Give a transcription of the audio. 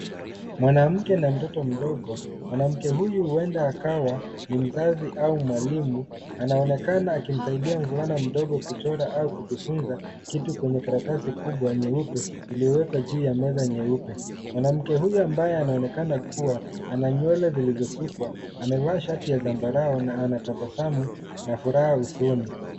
Mwanamke na mtoto mdogo, mwanamke huyu uenda akawa mzazi au mwalimu anaonekana akimsaidia mvulana mdogo kuchora au kujifunza kitu kwenye karatasi kubwa nyeupe iliyoawekwa juu ya meza nyeupe, mwanamke huyu ambaye anaonekana kuwa ana nywele zilizozukwa amefaa shati za tambarao na anatapasamu na furaha usoni